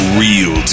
real